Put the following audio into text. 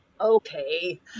Okay